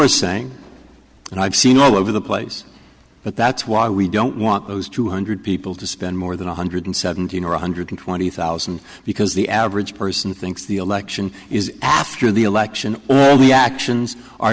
are saying and i've seen all over the place but that's why we don't want those two hundred people to spend more than one hundred seventeen or one hundred twenty thousand because the average person thinks the election is after the election all the actions are